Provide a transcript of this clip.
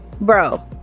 Bro